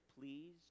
please